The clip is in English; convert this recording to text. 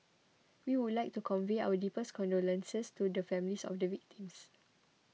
we would like to convey our deepest condolences to the families of the victims